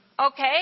Okay